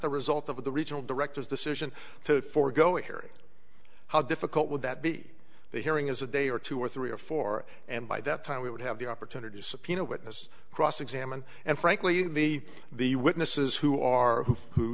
the result of the regional directors decision to forego a hearing how difficult would that be the hearing is a day or two or three or four and by that time we would have the opportunity to subpoena witnesses cross examined and frankly the witnesses who are who